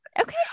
Okay